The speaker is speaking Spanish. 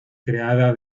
creada